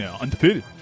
undefeated